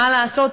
מה לעשות.